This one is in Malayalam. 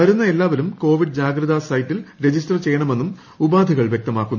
വരുന്ന എല്ലാവരും കോവിഡ് ജാഗ്രതാ സൈറ്റിൽ രജിസ്റ്റർ ചെയ്യണമെന്നും ഉപാധികൾ വ്യക്തമാക്കുന്നു